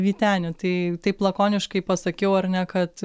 vyteni tai taip lakoniškai pasakiau ar ne kad